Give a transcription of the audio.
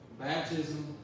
Baptism